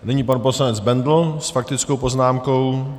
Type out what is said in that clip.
Nyní pan poslanec Bendl s faktickou poznámkou.